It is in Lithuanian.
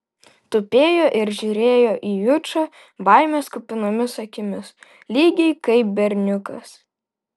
tupėjo ir žiūrėjo į jučą baimės kupinomis akimis lygiai kaip berniukas